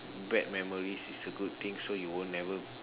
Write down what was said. bad memories is a good thing so you will never